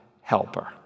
Helper